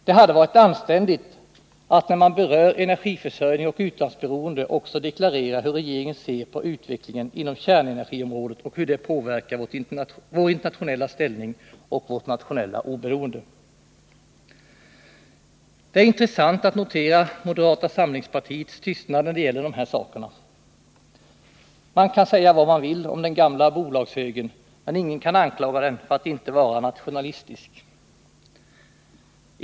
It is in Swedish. Det hade varit anständigt att, när man berör energiförsörjning och utlandsberoende, också deklarera hur regeringen ser på utvecklingen inom kärnenergiområdet och hur det påverkar vår internationella ställning och vårt nationella oberoende. Det är intressant att notera moderata samlingspartiets tystnad när det gäller de här sakerna. Man får säga vad man vill om den gamla bolagshögern, men ingen kan anklaga den för att inte vara nationalistisk.